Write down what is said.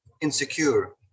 insecure